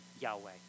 Yahweh